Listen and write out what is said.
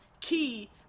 key